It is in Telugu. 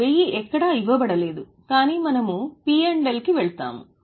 1000 ఎక్కడా ఇవ్వబడలేదు కాని మనము P L కి వెళ్తాము